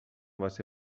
واسه